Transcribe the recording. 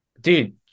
dude